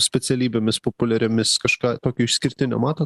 specialybėmis populiariomis kažką tokio išskirtinio mato